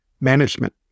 management